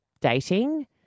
dating